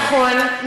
נכון.